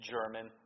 German